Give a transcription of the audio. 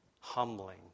humbling